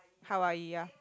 Hawaii ya